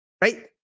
Right